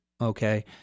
okay